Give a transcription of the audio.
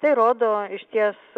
tai rodo išties